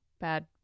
bad